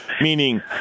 meaning